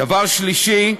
דבר שלישי,